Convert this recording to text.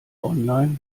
online